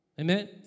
Amen